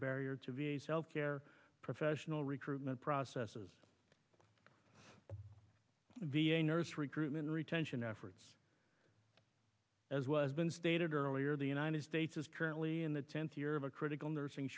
barrier to v a s health care professional recruitment processes v a nurse recruitment retention efforts as was been stated earlier the united states is currently in the tenth year of a critical nursing